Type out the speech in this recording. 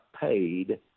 paid